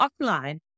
offline